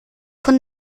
von